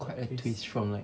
quite a twist from like